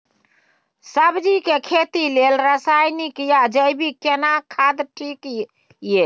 सब्जी के खेती लेल रसायनिक या जैविक केना खाद ठीक ये?